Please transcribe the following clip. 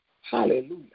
Hallelujah